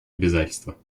обязательства